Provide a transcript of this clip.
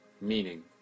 Meaning